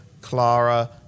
Clara